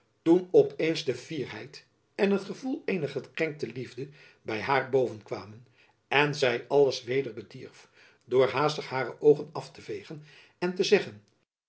toen op eens de fierheid en het gevoel eener gekrenkte liefde by haar bovenkwamen en zy alles weder bedierf door haastig hare oogen af te veegen en te